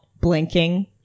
blinking